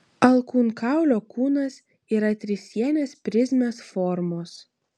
alkūnkaulio kūnas yra trisienės prizmės formos